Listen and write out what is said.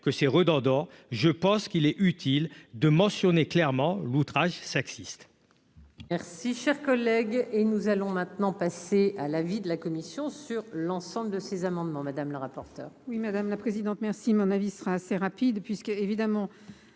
que c'est Andorre, je pense qu'il est utile de mentionner clairement l'outrage sexiste. Merci, cher collègue, et nous allons maintenant passer à l'avis de la commission sur l'ensemble de ces amendements, madame la rapporteure. Oui, madame la présidente, merci mon avis sera assez rapide puisque, évidemment,